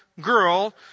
girl